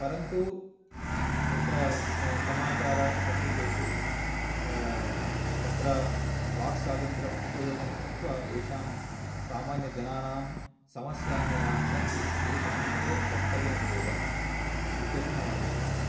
परन्तु यत्र समाचारपत्रिकेषु तत्र वाक् स्वातन्त्र्यं उपयोगं कृत्वा एषां सामान्यजनानां समस्याः याः सन्ति तेषां विषये वक्तव्यम् एव इत्यपि मम अभिप्रायः